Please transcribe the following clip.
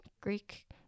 Greek